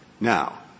Now